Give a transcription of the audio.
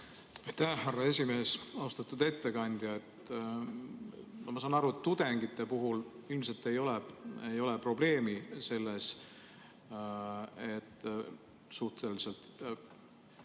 härra esimees! Austatud ettekandja! Ma saan aru, et tudengite puhul ilmselt ei ole probleemi selles, et suhteliselt